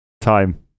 Time